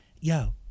Yo